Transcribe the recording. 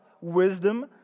wisdom